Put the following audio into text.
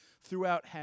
throughout